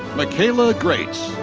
micaela graetz.